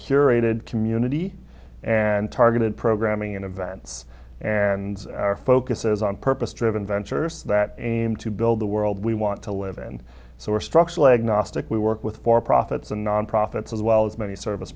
curated community and targeted programming and events and our focus is on purpose driven ventures that aim to build the world we want to live in so we're structured leg gnostic we work with for profits and nonprofits as well as many service